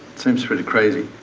seems pretty crazy.